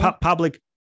Public